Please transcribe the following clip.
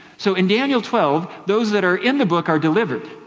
so in daniel twelve, those that are in the book are delivered.